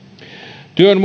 työn